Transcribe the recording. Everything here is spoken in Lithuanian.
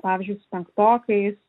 pavyzdžiui su penktokais